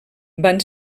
van